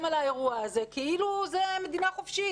על האירוע הזה כאילו זו מדינה חופשית,